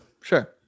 sure